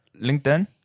LinkedIn